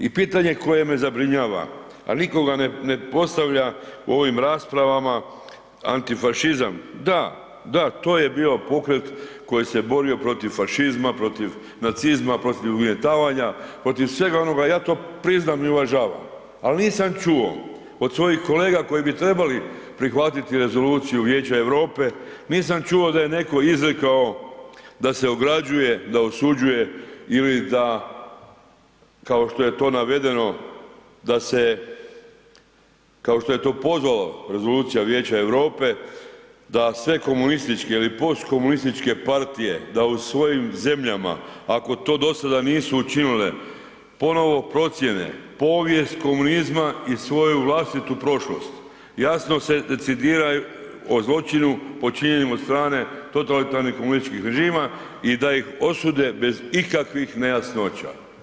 A pitanje koje me zabrinjava, a nikoga ne postavlja u ovim raspravama antifašizam, da, da to je bio pokret koji se borio protiv fašizma, protiv nacizma, protiv ugnjetavanja, protiv svega onoga ja to priznam i uvažavam, ali nisam čuo od svojih kolega koji bi trebali prihvatiti Rezoluciju Vijeća Europe nisam čuo da je neko izrekao da se ograđuje, da osuđuje ili da kao što je to navedeno da se kao što je to pozvala Rezolucija Vijeća Europe da sve komunističke ili postkomunističke partije da u svojim zemljama, ako to do sada nisu učinile ponovno procjene povijest komunizma i svoju vlastitu prošlost, jasno se decidiraju o zločinu počinjen od strane totalitarnih komunističkih režima i da ih osude bez ikakvih nejasnoća.